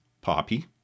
poppy